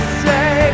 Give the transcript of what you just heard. say